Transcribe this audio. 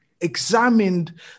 examined